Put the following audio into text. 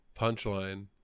punchline